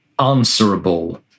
answerable